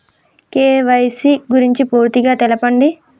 KYC గురించి పూర్తిగా తెలపండి?